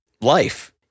life